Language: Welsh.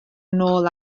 nôl